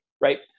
Right